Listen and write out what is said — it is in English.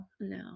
No